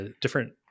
different